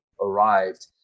arrived